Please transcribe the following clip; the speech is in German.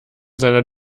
seiner